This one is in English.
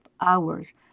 hours